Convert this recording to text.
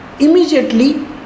Immediately